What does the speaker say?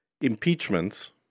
impeachments